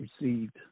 received